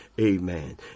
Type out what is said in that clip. Amen